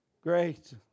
great